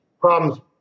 problems